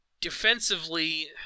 Defensively